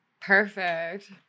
Perfect